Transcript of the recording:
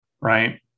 right